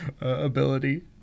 ability